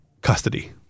custody